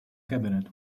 cabinet